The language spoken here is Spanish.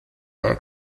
the